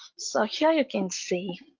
so here you can see,